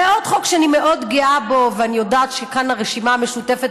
ועוד חוק שאני מאוד גאה בו ואני יודעת שכאן הרשימה המשותפת